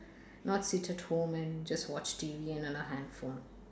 not sit at home and just watch T_V and on the handphone